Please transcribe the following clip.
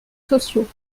sociaux